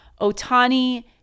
Otani